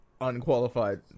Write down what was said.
unqualified